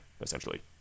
essentially